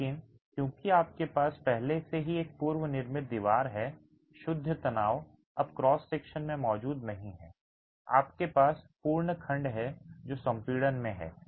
लेकिन क्योंकि आपके पास पहले से ही एक पूर्व निर्मित दीवार है शुद्ध तनाव अब क्रॉस सेक्शन में मौजूद नहीं है आपके पास पूर्ण खंड है जो संपीड़न में है